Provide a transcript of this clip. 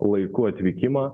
laiku atvykimą